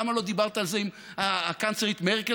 למה לא דיברת על זה עם הקנצלרית מרקל,